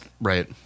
right